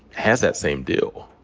has that same deal.